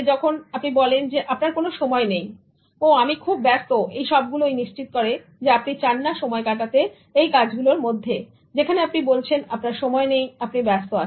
যখন আপনি বলেন আপনার কোন সময় নেই ও আমি খুব ব্যস্ত এই সবগুলোই নিশ্চিত করে যে আপনি চান না সময় কাটাতে এই কাজগুলোর মধ্যে যেখানে আপনি বলছেন আপনার সময় নেই আপনি ব্যস্ত আছেন